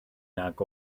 nag